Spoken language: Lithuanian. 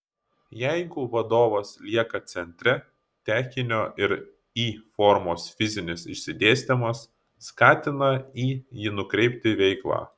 jeigu vadovas lieka centre tekinio ir y formos fizinis išsidėstymas skatina į jį nukreiptą veiklą